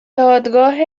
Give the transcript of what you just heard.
دادگاه